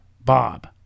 Bob